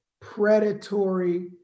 predatory